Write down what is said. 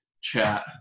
chat